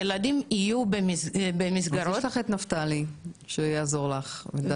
יש לך את נפתלי שיעזור לך.